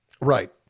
Right